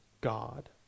God